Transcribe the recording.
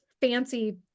fancy